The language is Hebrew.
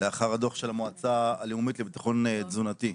לאחר הדוח של המועצה הלאומית לביטחון תזונתי.